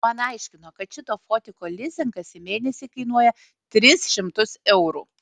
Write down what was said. man aiškino kad šito fotiko lizingas į mėnesį kainuoja tris šimtus eurų